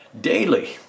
daily